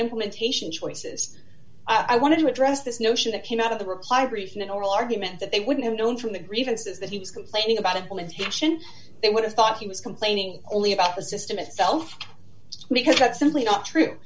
implementation choices i wanted to address this notion that came out of the required refn oral argument that they wouldn't have known from the grievances that he was complaining about implementation they would have thought he was complaining only about resistant itself because that's simply not true